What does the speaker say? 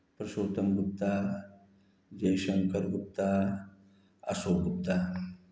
Purushottam Gupta Jaishankar Gupta Ashok Gupta